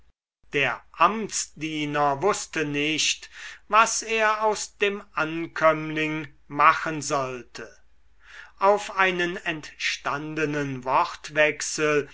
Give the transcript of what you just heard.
der amtsdiener wußte nicht was er aus dem ankömmling machen sollte auf einen entstandenen wortwechsel